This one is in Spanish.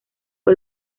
fue